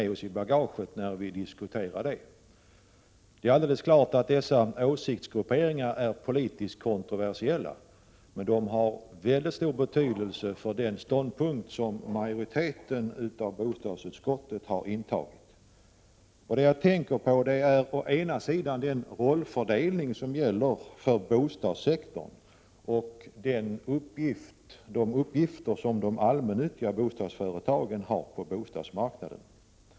Det är alldeles klart att dessa åsiktsgrupperingar är politiskt kontroversiella, men de har väldigt stor betydelse för den ståndpunkt som majoriteten i utskottet har intagit. Det ena som jag tänker på är den rollfördelning som gäller för bostadssektorn och de uppgifter som de allmännyttiga bostadsföretagen har på bostadsmarknaden.